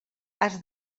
has